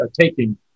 taking